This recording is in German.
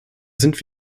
sind